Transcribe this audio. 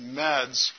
meds